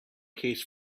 case